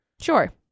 Sure